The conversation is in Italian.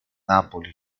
napoli